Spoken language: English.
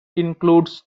includes